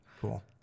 Cool